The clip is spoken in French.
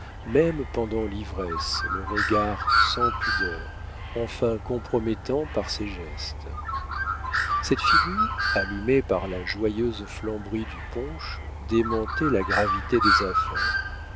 même pendant l'ivresse le regard sans pudeur enfin compromettant par ses gestes cette figure allumée par la joyeuse flamberie du punch démentait la gravité des affaires